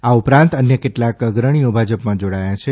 આ ઉપરાંત અન્ય કેટલાક અગ્રણીઓ ભાજપમાં જોડાયા છે